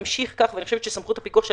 נמשיך כך ואני חושבת שסמכות הפיקוח של